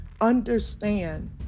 understand